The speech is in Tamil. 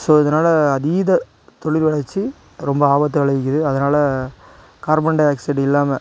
ஸோ இதனால் அதீத தொழில்வளர்ச்சி ரொம்ப ஆபத்த விளைவிக்கிது அதனால் கார்பன்டை ஆக்ஸைடு இல்லாமல்